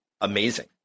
Amazing